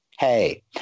Hey